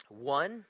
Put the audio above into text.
one